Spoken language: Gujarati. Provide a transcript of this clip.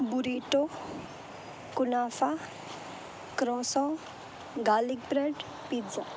burrito kunafa croissant garlic bread pizza